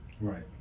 Right